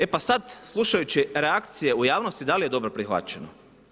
E pa sad, slušajući reakcije u javnosti da li je dobro prihvaćeno.